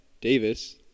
Davis